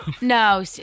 No